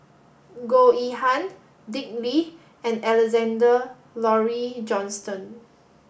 Goh Yihan Dick Lee and Alexander Laurie Johnston